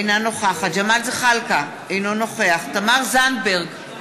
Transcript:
אינה נוכחת ג'מאל זחאלקה, אינו נוכח תמר זנדברג,